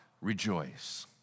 Rejoice